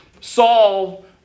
Saul